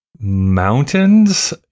mountains